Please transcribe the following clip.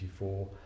1984